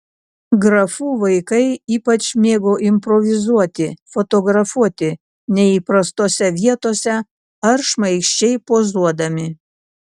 grafų vaikai ypač mėgo improvizuoti fotografuoti neįprastose vietose ar šmaikščiai pozuodami